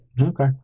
Okay